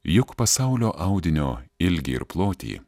juk pasaulio audinio ilgį ir plotį